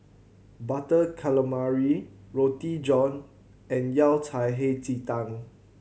Butter Calamari Roti John and Yao Cai Hei Ji Tang